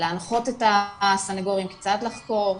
להנחות את הסניגורים קצת לחקור,